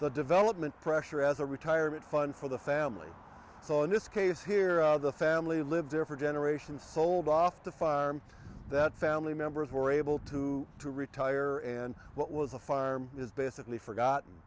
the development pressure as a retirement fund for the family so in this case here the family lived there for generations sold off the fire that family members were able to to retire and what was a farm is basically forgotten